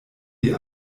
die